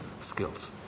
skills